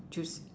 choose